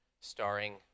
starring